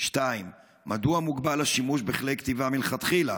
2. מדוע מוגבל השימוש בכלי כתיבה מלכתחילה?